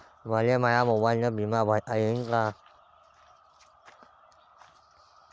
मले माया मोबाईलनं बिमा भरता येईन का?